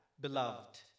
beloved